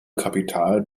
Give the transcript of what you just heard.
kapital